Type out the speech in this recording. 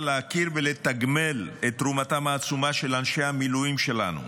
להכיר ולתגמל את תרומתם העצומה של אנשי המילואים שלנו.